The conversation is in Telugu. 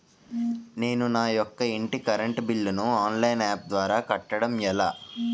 నేను నా యెక్క ఇంటి కరెంట్ బిల్ ను ఆన్లైన్ యాప్ ద్వారా కట్టడం ఎలా?